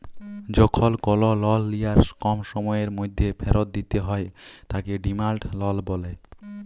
যখল call loan লিয়ার কম সময়ের ম্যধে ফিরত দিতে হ্যয় তাকে ডিমাল্ড লল ব্যলে